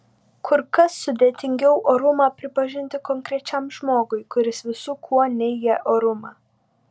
kur kas sudėtingiau orumą pripažinti konkrečiam žmogui kuris visu kuo neigia orumą